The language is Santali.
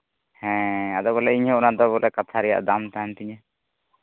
ᱦᱮᱸ ᱟᱫᱚ ᱵᱚᱞᱮ ᱤᱧ ᱦᱚᱸ ᱚᱱᱟ ᱫᱚ ᱵᱚᱞᱮ ᱠᱟᱛᱷᱟ ᱨᱮᱭᱟᱜ ᱫᱟᱢ ᱛᱟᱦᱮᱱ ᱛᱤᱧᱟᱹ